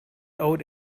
owed